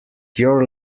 your